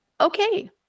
okay